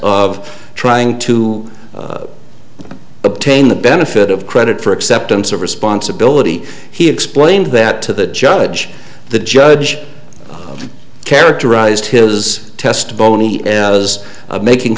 of trying to obtain the benefit of credit for acceptance of responsibility he explained that to the judge the judge characterized his testimony was making